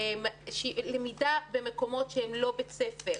למידה במקומות שהם לא בית ספר.